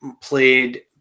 played